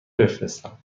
بفرستم